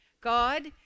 God